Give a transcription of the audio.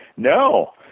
No